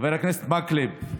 חבר הכנסת מקלב,